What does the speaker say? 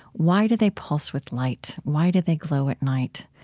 why do they pulse with light? why do they glow at night?